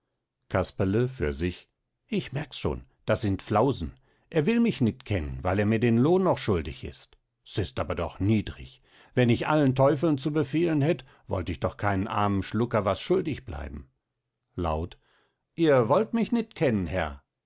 casperle für sich ich merks schon das sind flausen er will mich nit kennen weil er mir den lohn noch schuldig ist s ist aber doch niedrig wenn ich allen teufeln zu befehlen hätt wollt ich doch keinem armen schlucker was schuldig bleiben laut ihr wollt mich nit kennen herr